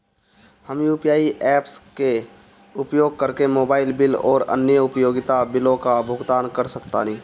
हम UPI apps के उपयोग करके मोबाइल बिल आउर अन्य उपयोगिता बिलों का भुगतान कर सकतानी